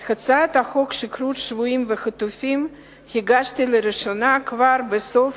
את הצעת חוק שחרור שבויים וחטופים הגשתי לראשונה כבר בסוף